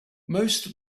most